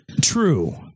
true